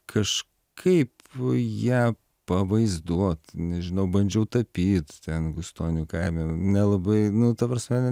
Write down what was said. kažkaip ją pavaizduot nežinau bandžiau tapyt ten gustonių kaime nelabai nu ta prasme